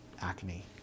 acne